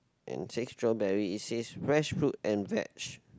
and six strawberry it says fresh fruit and veg